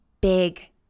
big